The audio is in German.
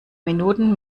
minuten